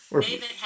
David